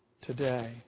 today